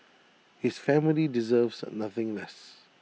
his family deserves nothing less